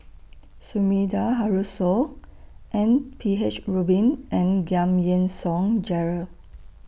Sumida Haruzo M P H Rubin and Giam Yean Song Gerald